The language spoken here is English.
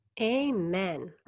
Amen